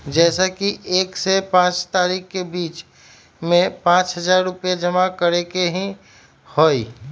जैसे कि एक से पाँच तारीक के बीज में पाँच हजार रुपया जमा करेके ही हैई?